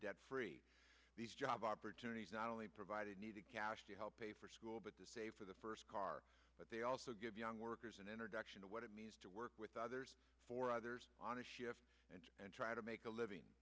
debt free these job opportunities not only provide a needed cash to help pay for school but the save for the first car but they also give young workers and introduction to what it means to work with others for others on a shift and and try to make a living